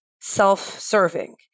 self-serving